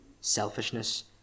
selfishness